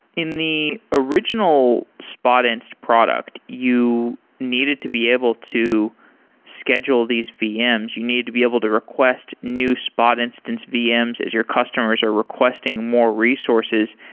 in the original spotinst product, you needed to be able to schedule these vms. you needed to be able to request new spot instance vms as your customers are requesting more resources.